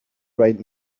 right